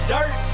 Dirt